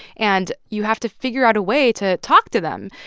and you have to figure out a way to talk to them,